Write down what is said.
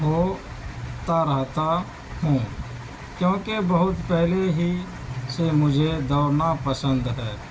ہوتا رہتا ہوں کیونکہ بہت پہلے ہی سے مجھے دوڑنا پسند ہے